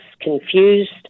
confused